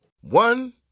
One